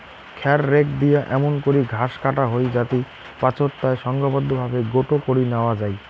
খ্যার রেক দিয়া এমুন করি ঘাস কাটা হই যাতি পাচোত তায় সংঘবদ্ধভাবে গোটো করি ন্যাওয়া যাই